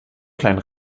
kleinen